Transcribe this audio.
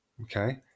okay